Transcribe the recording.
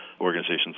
organizations